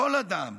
כל אדם,